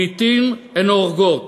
לעתים הן הורגות.